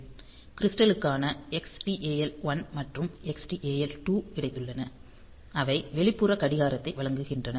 கிரிஸ்டல்களான Xtal 1 மற்றும் Xtal 2 கிடைத்துள்ளன அவை வெளிப்புற கடிகாரத்தை வழங்குகின்றன